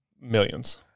millions